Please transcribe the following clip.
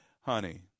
honey